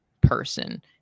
person